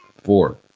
Four